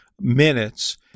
minutes